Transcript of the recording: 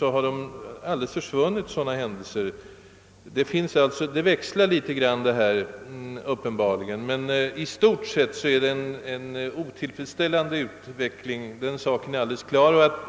jag vet ha helt försvunnit. Uppenbarligen växtar förhållandena sålunda en smula, men i stort sett är utvecklingen oroande, den saken är alldeles klar.